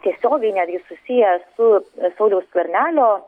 tiesiogiai netgi susiję su sauliaus skvernelio